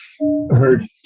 heard